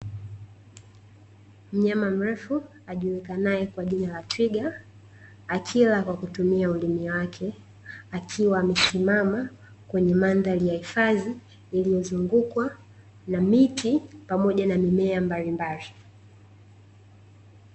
Mnyama mrefu ajulikanae kwa jina la twiga, akila kwa kutumia ulimi wake akiwa amesimama kwenye mandhari ya hifadhi iliyozungukwa na miti, pamoja na mimea mbalimbali.